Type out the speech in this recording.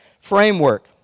framework